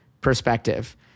perspective